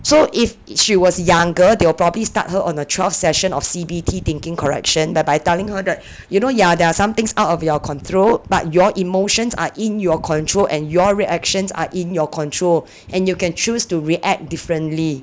so if she was a younger they'll probably start her on the twelve session of C_B_T thinking correction that by telling her that you know you are there are some things out of your control but your emotions are in your control and your reactions are in your control and you can choose to react differently